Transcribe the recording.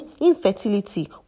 infertility